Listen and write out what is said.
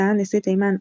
טען נשיא תימן,